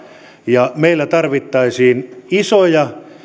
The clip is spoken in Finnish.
ja meillä tarvittaisiin isoja